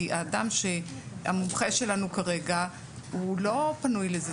כי המומחה שלנו כרגע הוא לא פנוי לזה.